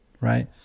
right